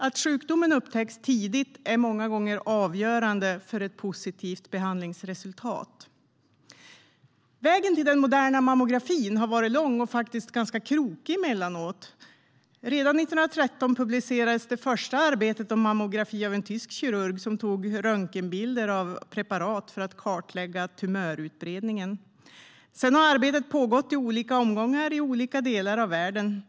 Att sjukdomen upptäcks tidigt är många gånger avgörande för ett positivt behandlingsresultat. Vägen till den moderna mammografin har varit lång och ganska krokig emellanåt. Redan 1913 publicerades det första arbetet om mammografi av en tysk kirurg som tog röntgenbilder av preparat för att kartlägga tumörutbredningen. Sedan har arbetet pågått i olika omgångar i olika delar av världen.